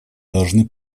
должны